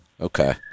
Okay